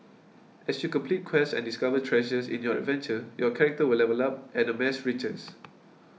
as you complete quests and discover treasures in your adventure your character will level up and amass riches